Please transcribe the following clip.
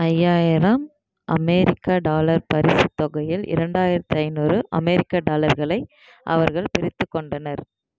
ஐயாயிரம் அமெரிக்க டாலர் பரிசு தொகையில் இரண்டாயிரத்து ஐநூறு அமெரிக்க டாலர்களை அவர்கள் பிரித்துக் கொண்டனர்